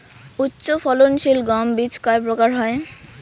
উচ্চ ফলন সিল গম বীজ কয় প্রকার হয়?